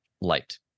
light